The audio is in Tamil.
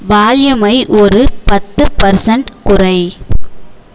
வால்யூமை ஒரு பத்து பர்சண்ட் குறை